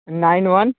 nine one